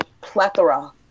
plethora